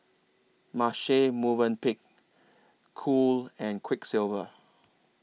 Marche Movenpick Cool and Quiksilver